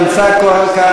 כבר נמצא כאן.